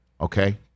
Okay